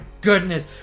goodness